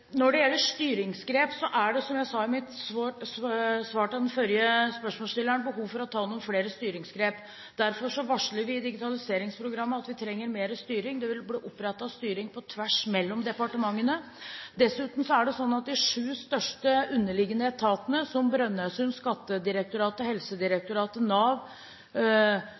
Når det gjelder styringsgrep, er det, som jeg sa i mitt svar til den forrige spørsmålsstilleren, behov for å ta noen flere styringsgrep. Derfor varsler vi i digitaliseringsprogrammet at vi trenger mer styring. Det vil bli opprettet styring på tvers av departementene. Dessuten er det slik at de sju største underliggende etatene, som Brønnøysundregistrene, Skattedirektoratet, Helsedirektoratet, Nav